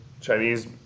Chinese